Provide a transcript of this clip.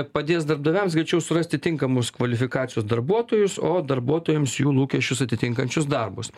padės darbdaviams greičiau surasti tinkamus kvalifikacijos darbuotojus o darbuotojams jų lūkesčius atitinkančius darbus